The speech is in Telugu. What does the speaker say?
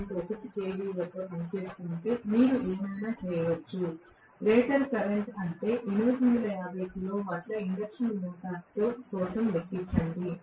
1 కెవి వద్ద పనిచేస్తుంటే లేదా మీరు ఏమైనా చేయవచ్చు రేటెడ్ కరెంట్ అంటే 850 కిలోవాట్ల ఇండక్షన్ మోటారు కోసం లెక్కించండి